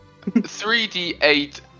3D8